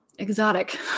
exotic